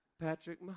Patrick